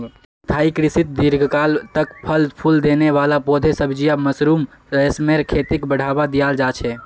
स्थाई कृषित दीर्घकाल तक फल फूल देने वाला पौधे, सब्जियां, मशरूम, रेशमेर खेतीक बढ़ावा दियाल जा छे